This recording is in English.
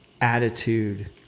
attitude